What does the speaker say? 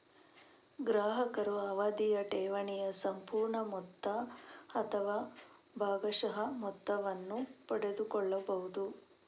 ಗ್ರಾಹಕರು ಅವಧಿಯ ಠೇವಣಿಯ ಸಂಪೂರ್ಣ ಮೊತ್ತ ಅಥವಾ ಭಾಗಶಃ ಮೊತ್ತವನ್ನು ಪಡೆದುಕೊಳ್ಳಬಹುದು